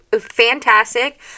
fantastic